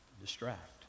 distract